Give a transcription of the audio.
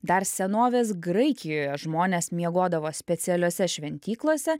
dar senovės graikijoje žmonės miegodavo specialiose šventyklose